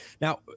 Now